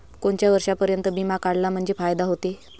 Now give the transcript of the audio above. कोनच्या वर्षापर्यंत बिमा काढला म्हंजे फायदा व्हते?